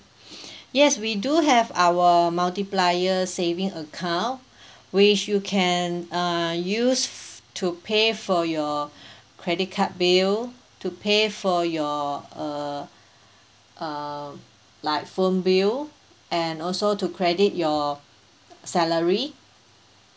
yes we do have our multiplier saving account which you can uh use to pay for your credit card bill to pay for your uh um like phone bill and also to credit your salary